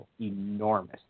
enormous